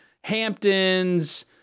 Hamptons